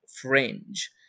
fringe